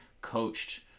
coached